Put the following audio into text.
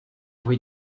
bruit